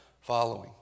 following